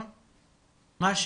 ביחד במשרד החינוך ונמצאים איתי מהמוקד